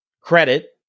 credit